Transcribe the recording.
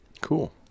Cool